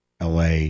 la